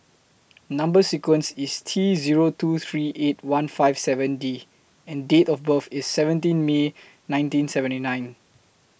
Number sequence IS T Zero two three eight one five seven D and Date of birth IS seventeen May nineteen seventy nine